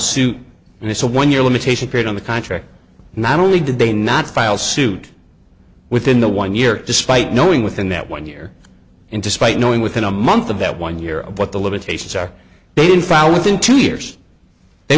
suit and it's a one year limitation period on the contract not only did they not file suit within the one year despite knowing within that one year in despite knowing within a month of that one year of what the limitations are being filed within two years they